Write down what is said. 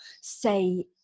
say